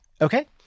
Okay